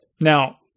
Now